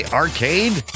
arcade